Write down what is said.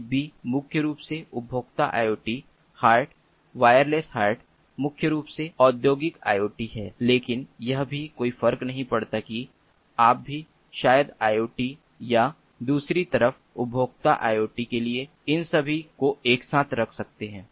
Zigbee मुख्य रूप से उपभोक्ता IoT हार्ट वायरलेस हार्ट मुख्य रूप से औद्योगिक IoT है लेकिन यह भी कोई फर्क नहीं पड़ता कि आप भी शायद औद्योगिक IoT या दूसरी तरफ उपभोक्ता IoT के लिए उन सभी को एक साथ रख सकते हैं